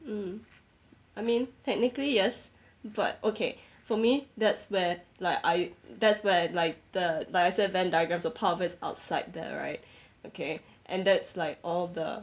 mm I mean technically yes but okay for me that's where like I that's where like the like I said venn diagrams a part of it is outside there right okay and that's like all the